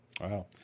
Wow